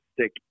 stick